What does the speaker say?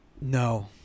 no